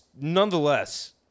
Nonetheless